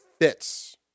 fits